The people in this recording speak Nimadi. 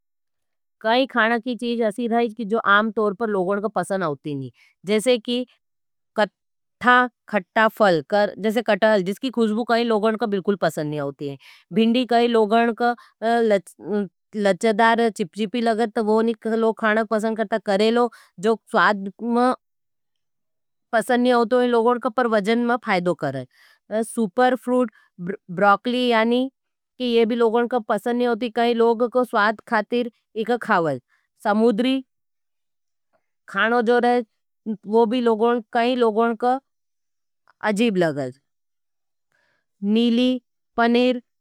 कई खाना की चीज असी रहज जो आम तोर पर लोगों का पसंद आओती नी। जैसे की कठा खटा फल, जैसे कटाहल, जिसकी खुशबू काई लोगों का बिल्कुल पसंद नहीं आओती है। भिंडी काई लोगों का लोचदार, चिपचीपी लगत, वो नहीं कह लोग खाना के पसंद करता है। करेलो, जो स्वाद में पसंद नहीं आओती है लोगों का पर वजन में फायदो करें। सुपर फ्रूट, ब्रॉकली यानि की ये भी लोगों का पसंद नहीं होती, कई लोग को स्वाद खातिर इका खावज। समुद्री खाणों जो रहेज वो भी लोगों, काई लोगों का अजीब लगज, नीली पनीर।